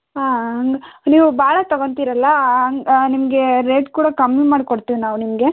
ಹಾಂ ನೀವು ಭಾಳ ತಗೊತೀರಲ್ಲಾ ಹಂಗ್ ನಿಮಗೆ ರೇಟ್ ಕೂಡ ಕಮ್ಮಿ ಮಾಡ್ಕೊಡ್ತೀವಿ ನಾವು ನಿಮಗೆ